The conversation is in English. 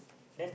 then